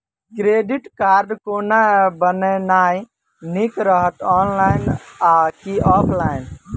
Credit card कोना बनेनाय नीक रहत? ऑनलाइन आ की ऑफलाइन?